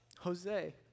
Jose